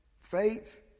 faith